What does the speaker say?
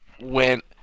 went